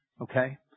Okay